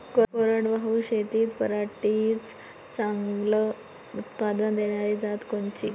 कोरडवाहू शेतीत पराटीचं चांगलं उत्पादन देनारी जात कोनची?